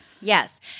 Yes